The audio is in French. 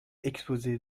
exposée